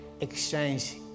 exchange